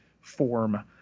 form